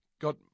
got